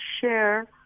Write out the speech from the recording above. share